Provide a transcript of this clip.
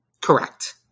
Correct